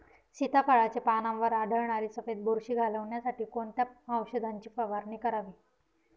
सीताफळाचे पानांवर आढळणारी सफेद बुरशी घालवण्यासाठी कोणत्या औषधांची फवारणी करावी?